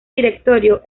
directorio